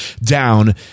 down